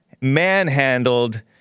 manhandled